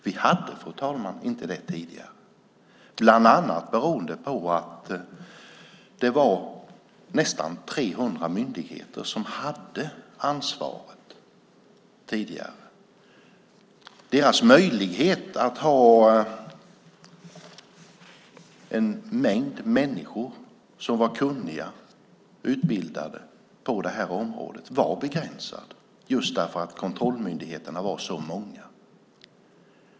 Vi hade, fru talman, inte det tidigare. Det berodde bland annat på att det var nästan 300 myndigheter som hade ansvaret tidigare. Deras möjlighet att ha en mängd människor som var kunniga och utbildade på det här området var begränsad just därför att kontrollmyndigheterna var så många.